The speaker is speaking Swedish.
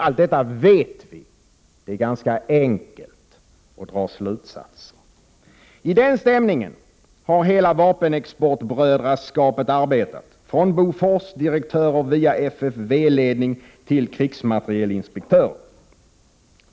Allt detta vet vi. Det är ganska enkelt att dra slutsatser. I den stämningen har hela vapenexportbrödraskapet arbetat — från Boforsdirektörer, via FFV-ledning till krigsmaterielinspektörer.